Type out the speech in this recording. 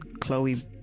Chloe